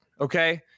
okay